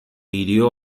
hirió